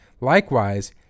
Likewise